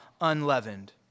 unleavened